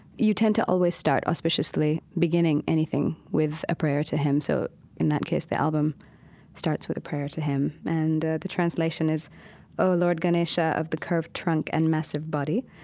you tend to always start auspiciously, beginning anything with a prayer to him. so in that case, the album starts with a prayer to him. and the translation is oh, lord ganesha of the curved trunk and massive body,